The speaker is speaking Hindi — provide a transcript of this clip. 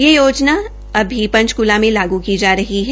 यह योजना अभी पंचकुला में लागू की जा रही हैं